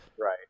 Right